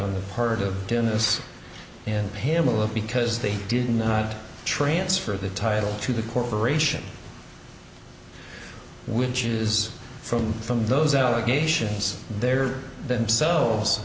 on the part of dennis and pamela because they didn't not transfer the title to the corporation which is from from those allegations they are themselves